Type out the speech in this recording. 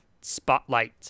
Spotlight